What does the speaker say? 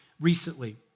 recently